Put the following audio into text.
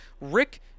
rick